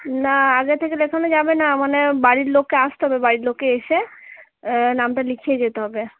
না আগে থেকে দেখানো যাবে না মনে হয় বাড়ির লোককে আসতে হবে বাড়ির লোককে এসে নামটা লিখিয়ে যেতে হবে